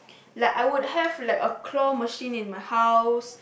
like I would have like a claw machine in my house